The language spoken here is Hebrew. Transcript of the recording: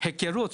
היכרות,